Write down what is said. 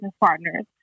partners